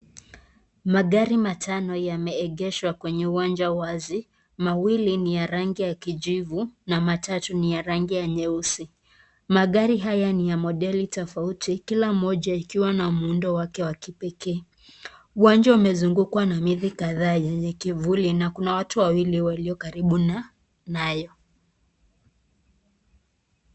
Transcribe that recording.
Magari matano yameegeshwa kwenye uwanja wazi, mawili ni ya rangi ya kijivu na matatu ni ya rangi ya nyeusi. Magari haya ni ya modeli tofauti, Kila moja ikiwa na mhundo wake wa kipekee. Uwanja umezungukwa na miti kathaa yenye kivuli na Kuna watu wawili walio karibu nayo.